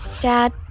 Dad